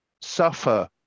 suffer